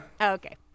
Okay